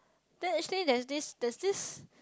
then actually there is this there is this